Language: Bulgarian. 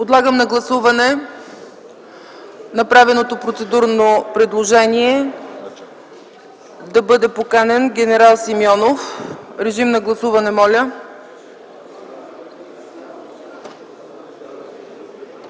Подлагам на гласуване направеното процедурно предложение да бъде поканен ген. Симеонов. Моля, гласувайте.